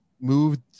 moved